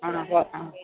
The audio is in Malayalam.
ആണോ ആ